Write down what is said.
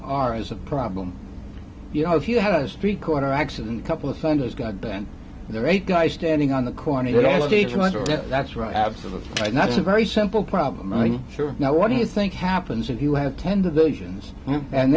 are as a problem you know if you had a street corner accident a couple of funders god and the right guy standing on the corner that's right absolutely and that's a very simple problem i'm sure now what do you think happens if you have tens of millions and